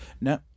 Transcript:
No